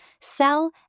sell